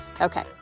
Okay